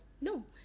No